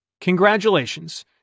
Congratulations